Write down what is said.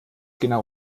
genau